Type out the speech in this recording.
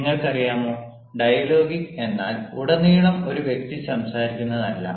നിങ്ങൾക്കറിയാമോ ഡയലോഗിക് എന്നാൽ ഉടനീളം ഒരു വ്യക്തി സംസാരിക്കുന്നത് അല്ല